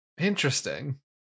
Interesting